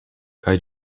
kaj